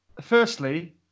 Firstly